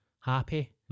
happy